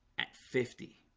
at fifty